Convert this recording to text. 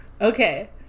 Okay